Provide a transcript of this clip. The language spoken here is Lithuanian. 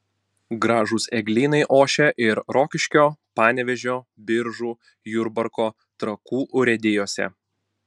gražūs eglynai ošia ir rokiškio panevėžio biržų jurbarko trakų urėdijose